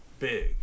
big